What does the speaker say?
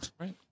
Right